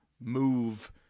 move